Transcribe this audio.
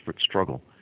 struggle